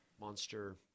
monster –